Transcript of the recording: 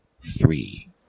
three